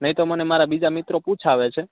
નઇ તો મને મારા બીજા મિત્રો પૂછાવે છે